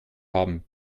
haben